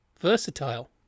versatile